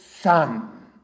son